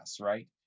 right